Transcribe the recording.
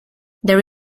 there